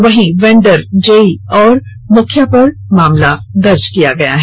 वहीं वेन्डर जई और मुखिया पर मामला दर्ज किया गया है